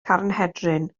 carnhedryn